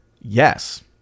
Yes